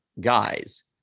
guys